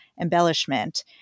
embellishment